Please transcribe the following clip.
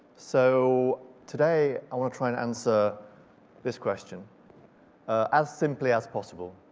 so today i want to try and answer this question as simply as possible.